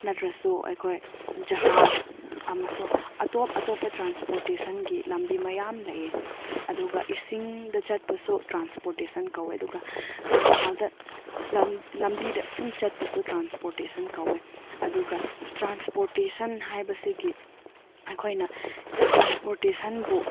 ꯅꯠꯇ꯭ꯔꯁꯨ ꯑꯩꯈꯣꯏ ꯖꯍꯥꯖ ꯑꯃꯁꯨ ꯑꯇꯣꯞ ꯑꯇꯣꯞꯄ ꯇ꯭ꯔꯥꯟꯁꯄꯣꯔꯇꯦꯁꯟꯒꯤ ꯂꯝꯕꯤ ꯃꯌꯥꯝ ꯂꯩꯌꯦ ꯑꯗꯨꯒ ꯏꯁꯤꯡꯗ ꯆꯠꯄꯁꯨ ꯇ꯭ꯔꯥꯟꯁꯄꯣꯔꯇꯦꯁꯟ ꯀꯧꯋꯦ ꯑꯗꯨꯒ ꯀꯪꯐꯥꯜꯗ ꯂꯝ ꯂꯝꯕꯤꯗ ꯁꯨꯃ ꯆꯠꯄꯁꯨ ꯇ꯭ꯔꯥꯟꯁꯄꯣꯔꯇꯦꯁꯟ ꯀꯧꯋꯦ ꯑꯗꯨꯒ ꯇ꯭ꯔꯥꯟꯁꯄꯣꯔꯇꯦꯁꯟ ꯍꯥꯏꯕꯁꯤꯒꯤ ꯑꯩꯈꯣꯏꯅ ꯇ꯭ꯔꯥꯟꯁꯄꯣꯔꯇꯦꯁꯟꯕꯨ